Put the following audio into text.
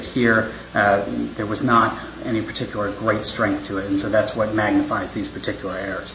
re there was not any particular great strength to it and so that's what magnifies these particular